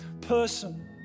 person